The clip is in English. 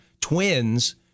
twins